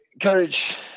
courage